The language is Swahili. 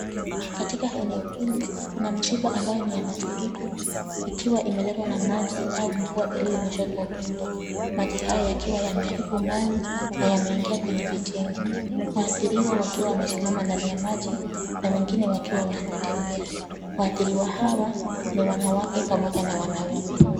Katika eneo hili, kuna msiba ambayo ni ya mafuriko, ikiwa imeletwa na maji au mvua iliyonyesha kwa wingi. Maji haya yakiwa yameharibu mali, na yameingia kwenye majengo. Waathiriwa wakiwa wamesimama ndani ya maji, na wengine wakiwa wanatembea. Waathiriwa hawa ni wanawake pamoja na wanaume.